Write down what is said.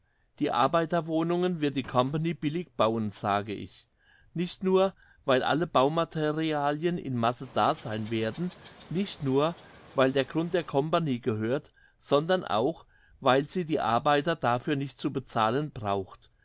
die arbeiterwohnungen wird die company billig bauen sage ich nicht nur weil alle baumaterialien in masse da sein werden nicht nur weil der grund der company gehört sondern auch weil sie die arbeiter dafür nicht zu bezahlen braucht